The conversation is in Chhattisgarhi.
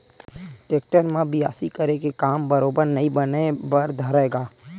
टेक्टर म बियासी करे के काम बरोबर नइ बने बर धरय गा